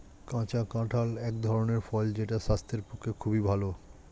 কাঁচা কাঁঠাল এক ধরনের ফল যেটা স্বাস্থ্যের পক্ষে খুবই ভালো